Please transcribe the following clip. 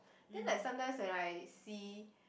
then like sometimes when I see